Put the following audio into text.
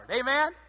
Amen